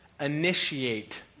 initiate